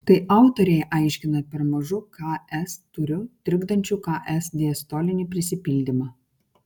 tai autoriai aiškina per mažu ks tūriu trikdančiu ks diastolinį prisipildymą